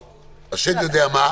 או השד יודע מה,